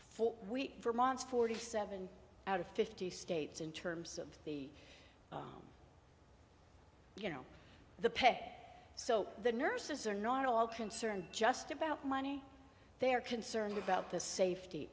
for we vermont's forty seven out of fifty states in terms of the you know the pig so the nurses are not at all concerned just about money they're concerned about the safety